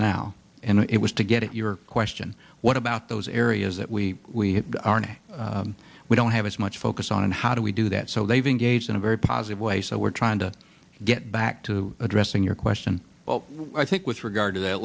now and it was to get your question what about those areas that we aren't we don't have as much focus on how do we do that so they've engaged in a very positive way so we're trying to get back to addressing your question well i think with regard to that